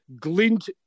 glint